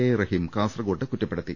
A Rahim കാസർക്കോട്ട് കുറ്റപ്പെടുത്തി